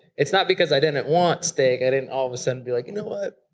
it's not because i didn't want steak. i didn't all of a sudden be like. you know what,